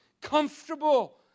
comfortable